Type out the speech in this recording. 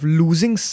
losing